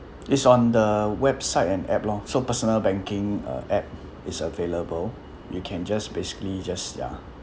is on the website and app lor so personal banking uh app is available you can just basically just ya